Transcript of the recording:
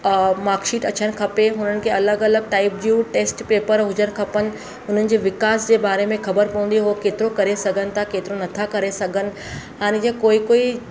marksheet अचणु खपे उन्हनि खे अलॻि अलॻि टाइप जूं टेस्ट पेपर हुजनि खपनि उन्हनि जे विकास जे बारे में ख़बर पवंदो हो केतिरो करे सघनि था केतिरो नथा करे सघनि हाणे जीअं कोई कोई